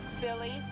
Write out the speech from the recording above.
Billy